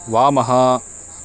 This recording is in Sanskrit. वामः